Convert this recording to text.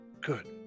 Good